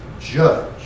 judge